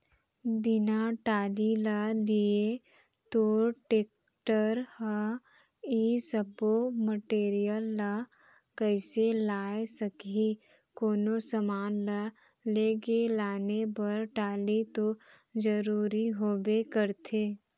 बिना टाली ल लिये तोर टेक्टर ह ए सब्बो मटेरियल ल कइसे लाय सकही, कोनो समान ल लेगे लाने बर टाली तो जरुरी होबे करथे